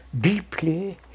deeply